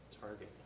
target